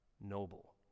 noble